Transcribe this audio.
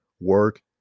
work